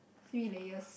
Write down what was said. three layers